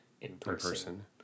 in-person